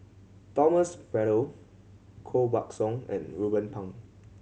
Thomas Braddell Koh Buck Song and Ruben Pang